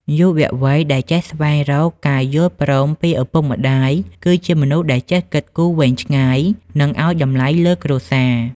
យុវវ័យដែលចេះស្វែងរកការយល់ព្រមពីឪពុកម្ដាយ គឺជាមនុស្សដែលចេះគិតគូរវែងឆ្ងាយ និងឱ្យតម្លៃលើគ្រួសារ។